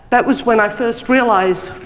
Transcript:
that was when i first realized,